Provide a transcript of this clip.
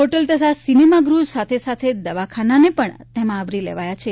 hotel તથા સિનેમાગૃહ સાથોસાથ દવાખાનાને પણ તેમાં આવરી લેવાયા છે